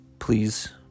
Please